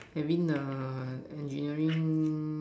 having an engineering